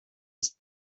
ist